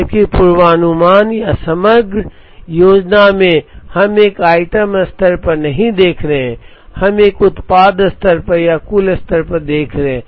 जबकि पूर्वानुमान या समग्र योजना में हम एक आइटम स्तर पर नहीं देख रहे थे हम एक उत्पाद स्तर पर या कुल स्तर पर देख रहे थे